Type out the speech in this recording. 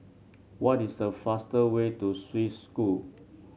what is the fastest way to Swiss School